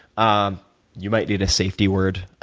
um you might need a safety word.